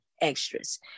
extras